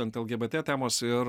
ant lgbt temos ir